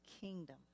kingdom